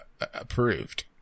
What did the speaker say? approved